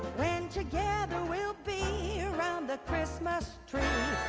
when together we'll be around the christmas tree